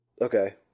Okay